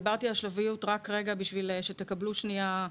דיברתי על שלביות רק לרגע כדי שתקבלו רקע.